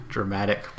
Dramatic